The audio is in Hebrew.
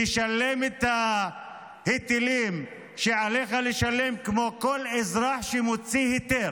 תשלם את ההיטלים שעליך לשלם כמו כל אזרח שמוציא היתר.